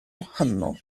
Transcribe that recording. wahanol